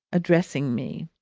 addressing me.